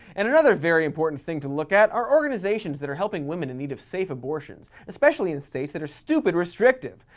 and another very important thing to look at are organizations that are helping women in need of safe abortions, especially in states that are stupid restrictive.